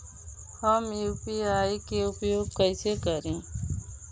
हम यू.पी.आई के उपयोग कइसे करी?